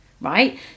right